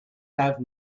have